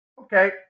okay